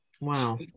Wow